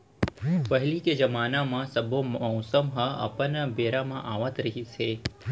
पहिली के जमाना म सब्बो मउसम ह अपन बेरा म आवत रिहिस हे